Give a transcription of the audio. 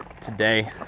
today